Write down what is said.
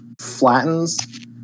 flattens